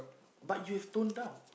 but you have toned down